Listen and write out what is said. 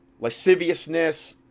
lasciviousness